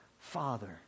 father